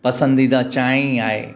पसंदीदा चांहि ई आहे